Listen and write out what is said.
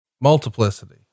Multiplicity